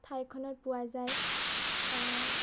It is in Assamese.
ঠাইখনত পোৱা যায়